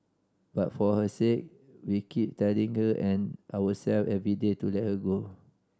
but for her sake we keep telling her and ourself every day to let her go